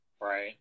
right